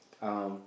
um